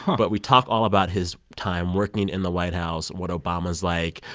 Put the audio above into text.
but we talk all about his time working in the white house, what obama's like.